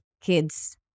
kids